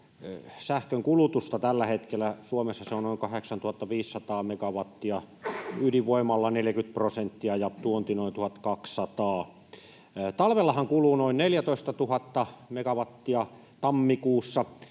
sähkön kulutusta tällä hetkellä: Suomessa se on noin 8 500 megawattia, ydinvoimalla 40 prosenttia, ja tuonti noin 1 200. Talvellahan kuluu noin 14 000 megawattia tammikuussa,